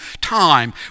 time